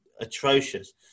atrocious